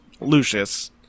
Lucius